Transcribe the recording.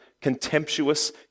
contemptuous